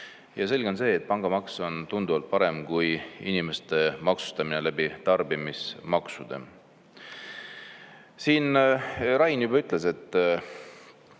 Ja selge on see, et pangamaks on tunduvalt parem kui inimeste maksustamine läbi tarbimismaksude. Siin Rain juba ütles, tõi